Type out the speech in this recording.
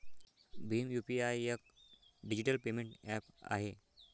Bhim UPI एक digital payment app आहे